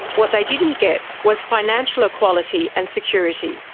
what they didn't get was financial equality and security.